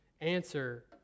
answer